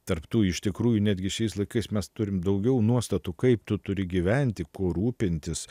tarp tų iš tikrųjų netgi šiais laikais mes turim daugiau nuostatų kaip tu turi gyventi kuo rūpintis